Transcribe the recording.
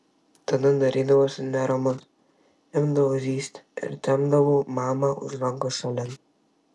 tada darydavausi neramus imdavau zyzti ir tempdavau mamą už rankos šalin